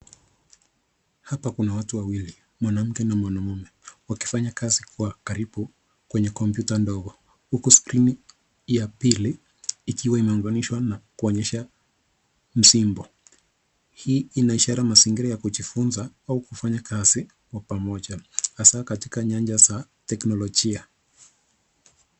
Hapa kuna watu wawili, mwanamke na mwanamume wakifanya kazi kwa karibu kwenye kompyuta ndogo, huku skrini ya pili ikiwa imeunganishwa na kuonyesha msimbo. Hii ina ishara ya mazingira ya kujifunza au kufanya kazi kwa pamoja, hasa katika nyanja za teknolojia.